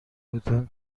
بودن